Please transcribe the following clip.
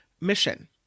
mission